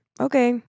okay